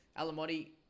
Alamotti